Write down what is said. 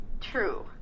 true